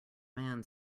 man